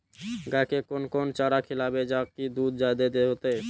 गाय के कोन कोन चारा खिलाबे जा की दूध जादे होते?